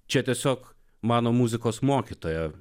čia tiesiog mano muzikos mokytoja